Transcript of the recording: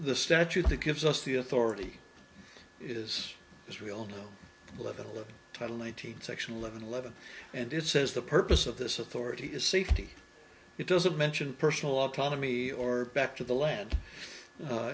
the statute that gives us the authority is israel on the level of title eighteen section eleven eleven and it says the purpose of this authority is safety it doesn't mention personal autonomy or back to the land